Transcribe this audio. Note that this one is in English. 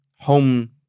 home